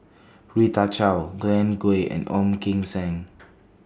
Rita Chao Glen Goei and Ong Kim Seng